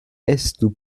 estu